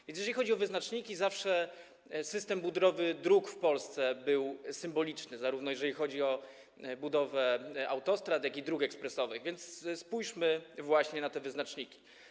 A więc jeżeli chodzi o wyznaczniki, zawsze system budowy dróg w Polsce był symboliczny, zarówno jeżeli chodzi o budowę autostrad, jak i dróg ekspresowych, więc spójrzmy właśnie na te wyznaczniki.